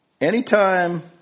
Anytime